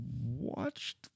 watched